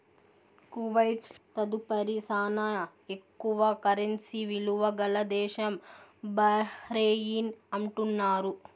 Kuwait తదుపరి శానా ఎక్కువ కరెన్సీ ఇలువ గల దేశం బహ్రెయిన్ అంటున్నారు